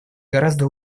гораздо